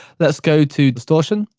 let's go to distortion.